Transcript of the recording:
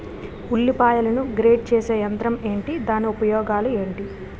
ఉల్లిపాయలను గ్రేడ్ చేసే యంత్రం ఏంటి? దాని ఉపయోగాలు ఏంటి?